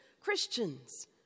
Christians